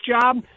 job